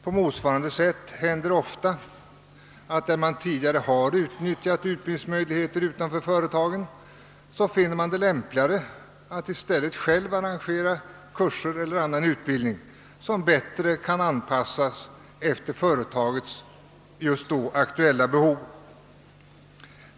På motsvarande sätt händer det ofta att man, där man tidigare utnyttjat utbildningsmöjligheter utanför företaget, finner det lämpligare att i stället själv arrangera kurser eller annan utbildning som bättre kan anpassas efter företagets just då aktuella behov.